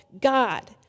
God